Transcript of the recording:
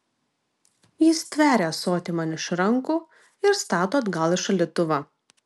ji stveria ąsotį man iš rankų ir stato atgal į šaldytuvą